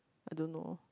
I don't know